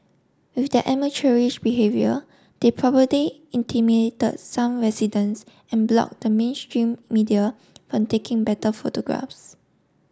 with their amateurish behaviour they intimidated some residents and block the mainstream media from taking better photographs